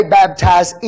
baptize